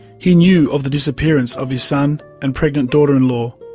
he knew of the disappearance of his son and pregnant daughter-in-law.